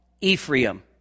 Ephraim